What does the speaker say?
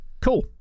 cool